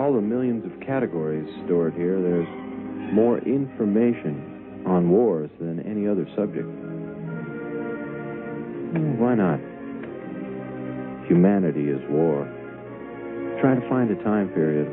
all the millions of categories stored here there is more information on wars than any other subject in one on humanity is war trying to find a time period